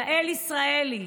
יעל ישראלי,